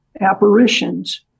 apparitions